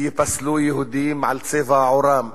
ייפסלו יהודים בגלל צבע עורם,